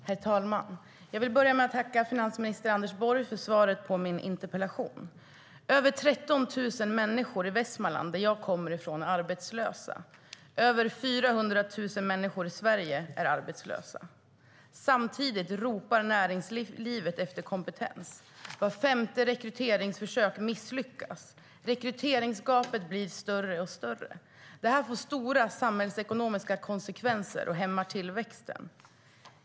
Herr talman! Jag vill börja med att tacka finansminister Anders Borg för svaret på min interpellation. Över 13 000 människor i Västmanland, som jag kommer från, är arbetslösa. Över 400 000 människor i Sverige är arbetslösa. Samtidigt ropar näringslivet efter kompetens. Var femte rekryteringsförsök misslyckas. Rekryteringsgapet blir större och större. Detta får stora samhällsekonomiska konsekvenser och hämmar tillväxten.